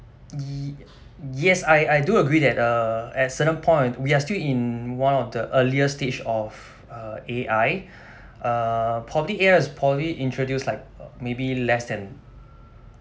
ye~ yes I I do agree that uh at certain point we are still in one of the earlier stage of uh A_I uh probably A_I is probably introduced like maybe less than